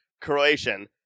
Croatian